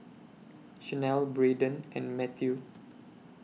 Shanelle Bradyn and Matthew